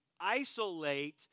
isolate